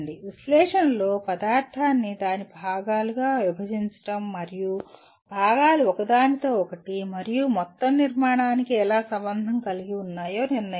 విశ్లేషణలో పదార్థాన్ని దాని భాగాలుగా విభజించడం మరియు భాగాలు ఒకదానితో ఒకటి మరియు మొత్తం నిర్మాణానికి ఎలా సంబంధం కలిగి ఉన్నాయో నిర్ణయించడం